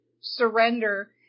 surrender